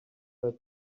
that